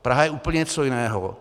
Praha je úplně něco jiného.